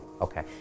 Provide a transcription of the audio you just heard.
Okay